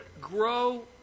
grow